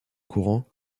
courant